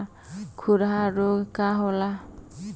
खुरहा रोग का होला?